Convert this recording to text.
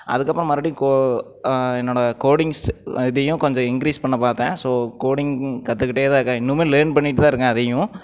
அதுக்கப்புறம் மறுபடியும் கோ என்னோட கோடிங்ஸ் இதையும் கொஞ்சம் இன்க்ரீஸ் பண்ண பார்த்தேன் ஸோ கோடிங் கற்றுக்கிட்டே தான் இருக்கேன் இன்னுமும் லேர்ன் பண்ணிக்கிட்டு தான் இருக்க அதையும்